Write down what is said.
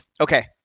Okay